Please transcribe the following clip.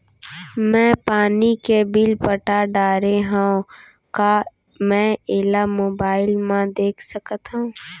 मैं पानी के बिल पटा डारे हव का मैं एला मोबाइल म देख सकथव?